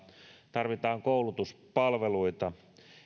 tarvitaan koulutuspalveluita